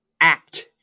act